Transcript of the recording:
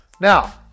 Now